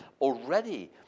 already